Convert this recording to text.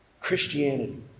Christianity